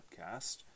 podcast